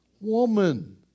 Woman